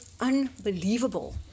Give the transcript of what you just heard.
Unbelievable